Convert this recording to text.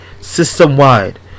system-wide